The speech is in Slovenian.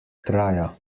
traja